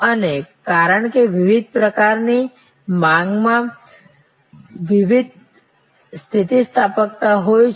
અને કારણ કે વિવિધ પ્રકારની માંગમાં વિવિધ સ્થિતિસ્થાપકતા હોય છે